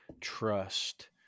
trust